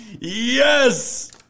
Yes